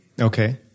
Okay